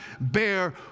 bear